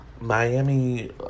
Miami